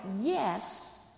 yes